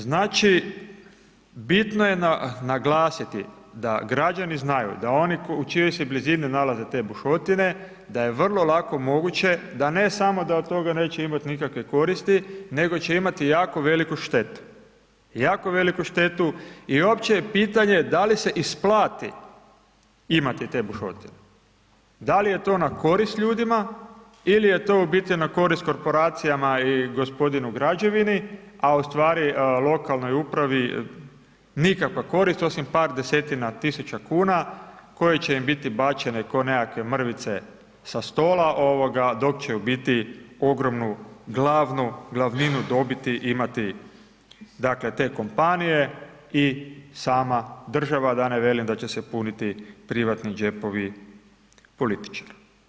Znači, bitno je naglasiti da građani znaju da oni u čijoj se blizini nalaze te bušotine, da je vrlo lako moguće da ne samo da od toga neće imati nikakve koristi, nego će imati jako veliku štetu, jako veliku štetu i opće je pitanje da li se isplati imati te bušotine, da li je to na korist ljudima, ili je to u biti na korist korporacijama i gospodinu građevini, a u stvari lokalnoj upravi nikakva korist osim par desetina tisuća kuna koje će im biti bačene kao nekakve mrvice sa stola dok će u biti ogromnu glavnu glavninu dobiti imati dakle te kompanije i sama država, da ne velim da će se puniti privatni džepovi političara.